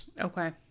okay